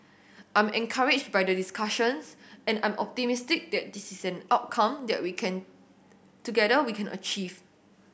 I'm encouraged by the discussions and I'm optimistic that is an outcome that we can together we can achieve